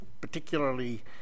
particularly